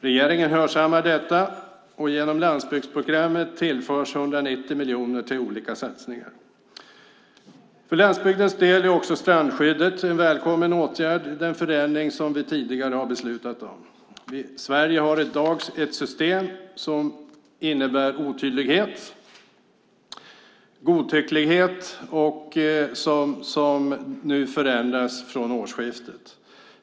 Regeringen hörsammar detta, och genom landsbygdsprogrammet tillförs 190 miljoner till olika satsningar. För landsbygdens del är också förändringen av strandskyddet en välkommen åtgärd. Det är en förändring som vi tidigare har beslutat om. Sverige har i dag ett system som innebär otydlighet och godtycklighet och som nu från årsskiftet förändras.